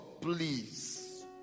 please